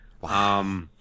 Wow